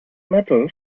metal